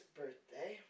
birthday